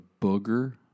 Booger